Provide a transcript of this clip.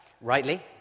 rightly